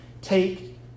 Take